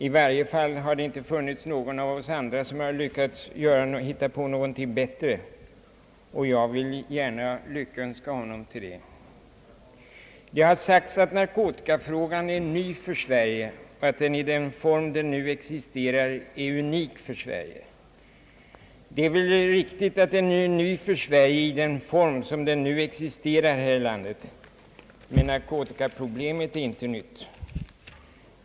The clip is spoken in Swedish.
I varje fall har det inte funnits någon annan bland oss som har lyckats hitta på något bättre, och jag vill gärna lyckönska honom till det. Det har sagts att narkotikafrågan är ny för Sverige och att den i den form den nu existerar är unik för Sverige. Det är väl riktigt att den är ny för Sverige i den form som den nu existerar här i landet, men narkotikaproblemet är inte nytt.